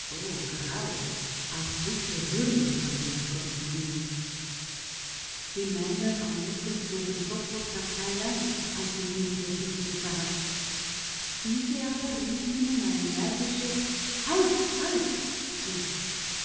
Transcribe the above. graus auch dicke würmer an den sprossen hingen die männer am ufer zogen sofort das seil an als sie mietje sinken sahen diese aber rief ihnen ein energisches halt halt zu